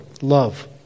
Love